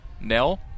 Nell